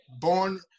born